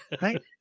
Right